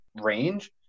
range